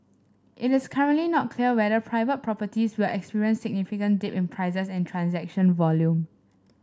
it is currently not clear whether private properties will experience significant dip in prices and transaction volume